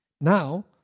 Now